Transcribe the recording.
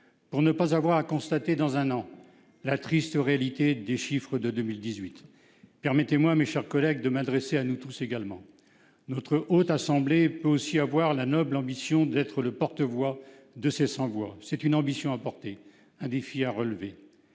pour ne pas avoir à constater, dans un an, la triste réalité des chiffres de 2018. Permettez-moi, mes chers collègues, de m'adresser à nous tous également. Notre Haute Assemblée peut aussi avoir la noble ambition d'être le porte-voix de ces sans-voix. C'est une ambition à porter, un défi à relever.